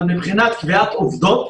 אבל מבחינת קביעת עובדות